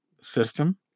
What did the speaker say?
system